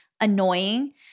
annoying